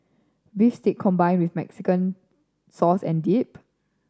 beef steak combined with Mexican sauce and dip